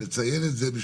צריך לציין את זה,